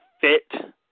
fit